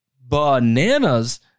bananas